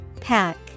Pack